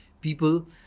people